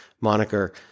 moniker